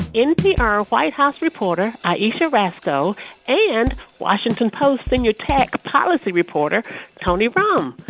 npr white house reporter ayesha rascoe and washington post senior tech policy reporter tony romm.